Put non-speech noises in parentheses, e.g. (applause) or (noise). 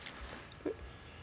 (noise)